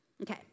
Okay